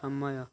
ସମୟ